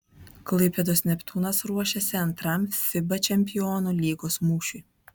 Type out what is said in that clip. klaipėdos neptūnas ruošiasi antram fiba čempionų lygos mūšiui